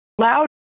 Loud